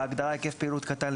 בהגדרה "היקף פעילות קטן",